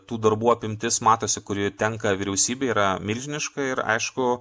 tų darbų apimtis matosi kuri tenka vyriausybei yra milžiniška ir aišku